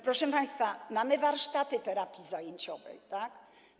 Proszę państwa, mamy warsztaty terapii zajęciowej, tak?